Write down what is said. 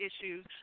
issues